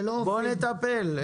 אז בואו נטפל.